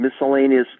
miscellaneous